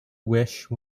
wish